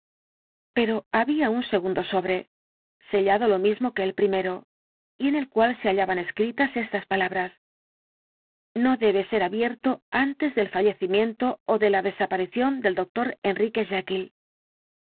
pero había un segundo sobre sellado lo mismo que el primero y en el cual se hallaban escritas estas palabras no debe ser abierto antes del fallecimiento ó de la desaparición del doctor enrique